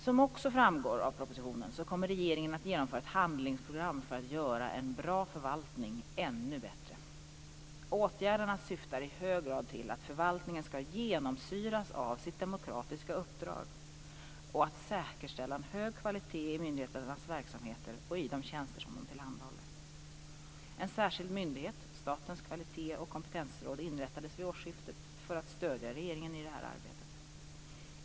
Som också framgår av propositionen kommer regeringen att genomföra ett handlingsprogram för att göra en bra förvaltning ännu bättre. Åtgärderna syftar i hög grad till att förvaltningen skall genomsyras av sitt demokratiska uppdrag och av att säkerställa en hög kvalitet i myndigheternas verksamheter och i de tjänster som de tillhandahåller. En särskild myndighet - Statens kvalitets och kompetensråd - inrättades vid årsskiftet för att stödja regeringen i detta arbete.